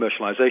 commercialization